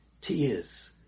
tears